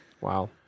Wow